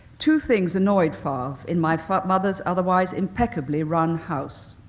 two things annoyed fav in my mother's otherwise impeccably run house.